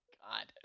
god